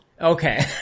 okay